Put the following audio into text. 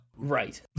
Right